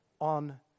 on